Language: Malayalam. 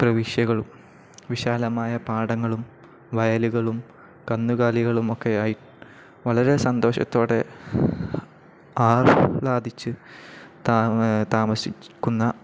പ്രവിശ്യകളും വിശാലമായ പാടങ്ങളും വയലുകളും കന്നുകാലികളും ഒക്കെ ആയി വളരെ സന്തോഷത്തോടെ ആഹ്ളാദിച്ചു താമസിക്കുന്ന